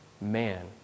man